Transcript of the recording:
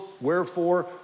wherefore